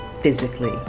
physically